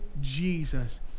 Jesus